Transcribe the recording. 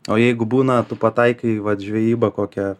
o jeigu būna tu pataikai vat žvejybą kokią